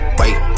wait